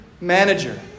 manager